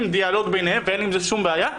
דיאלוג ביניהם ואין עם זה שום בעיה,